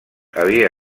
havia